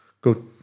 Go